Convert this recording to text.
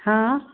हा